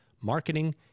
marketing